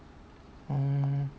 orh